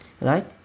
right